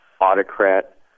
autocrat